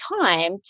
time